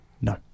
No